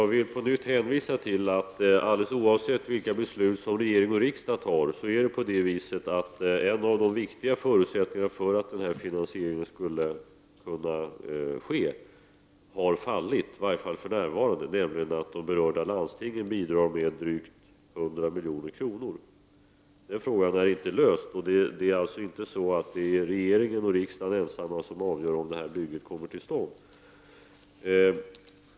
Herr talman! Alldeles oavsett vilka beslut regering och riksdag fattar har en av de viktiga förutsättningarna för den här finansieringen fallit, i varje fall för närvarande, nämligen den förutsättningen att de berörda landstingen bidrar med drygt 100 milj.kr. Det problemet är inte löst. Det är alltså inte regering och riksdag ensamma som avgör om det här bygget kommer till stånd.